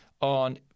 on